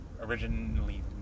originally